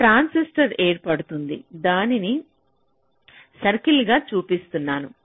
ఒక ట్రాన్సిస్టర్ ఏర్పడుతుంది దానిని సర్కిల్గా చూపిస్తున్నాను